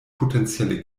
potenzielle